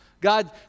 God